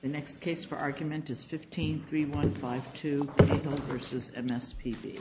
the next case for argument is fifteen three one five two p